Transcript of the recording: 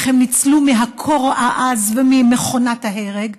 איך הם ניצלו מהקור העז וממכונת ההרג,